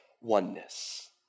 oneness